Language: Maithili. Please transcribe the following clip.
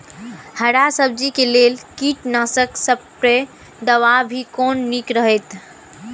हरा सब्जी के लेल कीट नाशक स्प्रै दवा भी कोन नीक रहैत?